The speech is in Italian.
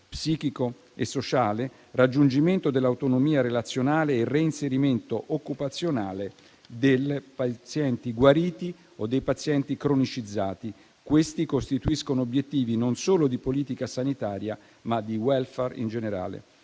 psichico e sociale, il raggiungimento dell'autonomia relazionale e il reinserimento occupazionale dei pazienti guariti o dei pazienti cronicizzati costituiscono obiettivi non solo di politica sanitaria, ma di *welfare* in generale.